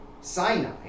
Sinai